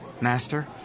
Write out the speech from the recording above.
Master